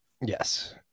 Yes